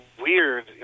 weird